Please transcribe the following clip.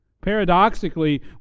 paradoxically